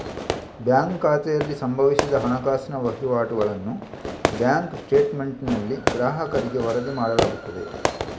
bank ಖಾತೆಯಲ್ಲಿ ಸಂಭವಿಸಿದ ಹಣಕಾಸಿನ ವಹಿವಾಟುಗಳನ್ನು ಬ್ಯಾಂಕ್ ಸ್ಟೇಟ್ಮೆಂಟಿನಲ್ಲಿ ಗ್ರಾಹಕರಿಗೆ ವರದಿ ಮಾಡಲಾಗುತ್ತದೆ